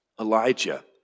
Elijah